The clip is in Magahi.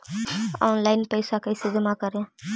ऑनलाइन पैसा कैसे जमा करे?